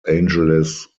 angeles